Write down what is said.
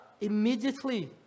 immediately